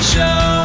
Show